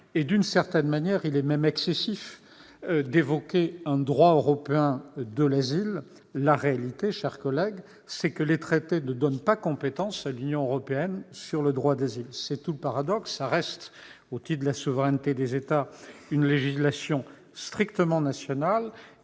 D'une certaine manière, il est même excessif d'évoquer un droit européen de l'asile. La réalité, mes chers collègues, c'est que les traités ne donnent pas compétence à l'Union européenne en matière de droit d'asile. C'est tout le paradoxe ! Ce domaine relève strictement de la souveraineté des États et des législations nationales.